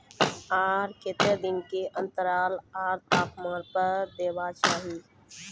आर केते दिन के अन्तराल आर तापमान पर देबाक चाही?